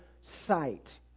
sight